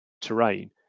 terrain